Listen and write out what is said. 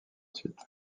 suite